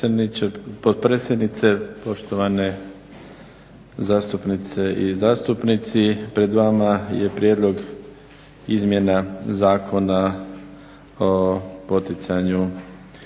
potpredsjednice,. Poštovane zastupnice i zastupnici. Pred vama je Prijedlog izmjena zakona o poticanju